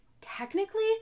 Technically